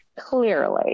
Clearly